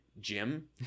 Jim